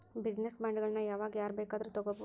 Business ಬಾಂಡ್ಗಳನ್ನ ಯಾವಾಗ್ ಯಾರ್ ಬೇಕಾದ್ರು ತಗೊಬೊದು?